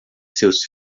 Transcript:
seus